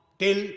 till